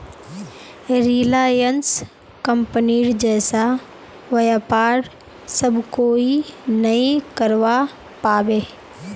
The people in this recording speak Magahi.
रिलायंस कंपनीर जैसा व्यापार सब कोई नइ करवा पाबे